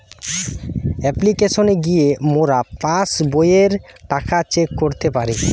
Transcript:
অপ্লিকেশনে গিয়ে মোরা পাস্ বইয়ের টাকা চেক করতে পারি